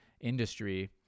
industry